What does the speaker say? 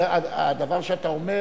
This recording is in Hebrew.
הדבר שאתה אומר,